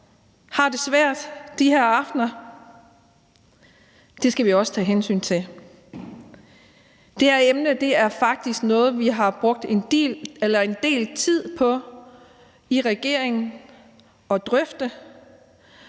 har det svært de her aftener, og det skal vi også tage hensyn til. Det her emne er faktisk noget, som vi i regeringen har brugt